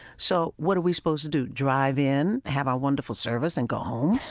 so what are we supposed to do? drive in, have our wonderful service, and go home?